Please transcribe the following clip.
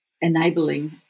enabling